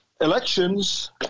elections